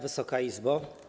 Wysoka Izbo!